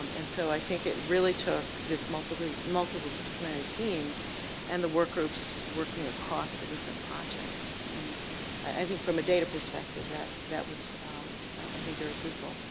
um and so i think it really took this but multidisciplinary team and the work groups working across the different projects and i think from a data perspective that that was i think very fruitful.